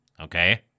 Okay